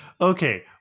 Okay